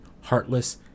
heartless